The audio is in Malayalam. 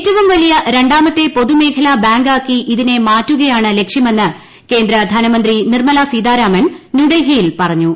ഏറ്റവും വലിയ രണ്ടാമത്തെ പൊതുമേഖലാ ബാങ്കാക്കി ഇതിനെ മാറ്റുകയാണ് ലക്ഷ്യമെന്ന് കേന്ദ്ര ധനമന്ത്രി നിർമ്മലാ സീതാരാമൻ ന്യൂഡൽഹിയിൽ പറഞ്ഞു